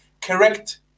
correct